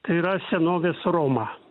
tai yra senovės roma